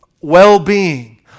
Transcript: well-being